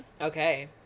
Okay